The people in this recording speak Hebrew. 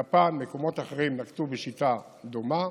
יפן, מקומות אחרים, נקטו שיטה דומה.